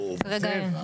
כרגע אין.